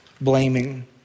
blaming